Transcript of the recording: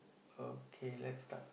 okay let's start